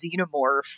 Xenomorph